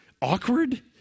awkward